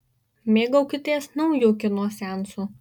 mėgaukitės nauju kino seansu